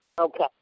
Okay